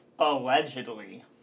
Allegedly